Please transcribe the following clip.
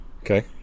Okay